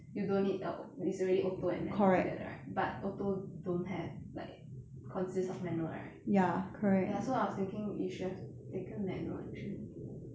you don't need the au~ it's already auto and manual together right but auto don't have like consist of manual right ya so I was thinking you should have taken manual actually